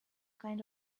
kind